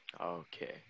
Okay